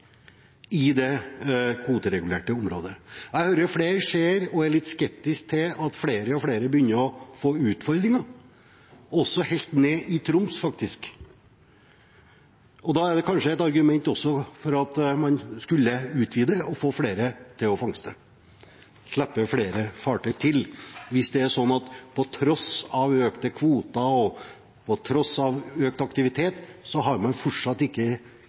i det kvoteregulerte området. Jeg hører flere si og er litt skeptiske til at flere og flere begynner å få noen utfordringer – også helt ned til Troms, faktisk. Det er kanskje også et argument for å utvide og få flere til å fangste, slippe flere fartøy til. Hvis det er sånn at man på tross av økte kvoter og økt aktivitet fortsatt ikke har fått kontroll på